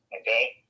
Okay